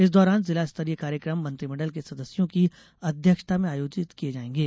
इस दौरान जिला स्तरीय कार्यक्रम मंत्रिमण्डल के सदस्यों की अध्यक्षता में आयोजित किये जाएंगे